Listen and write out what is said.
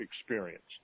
experience